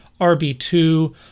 RB2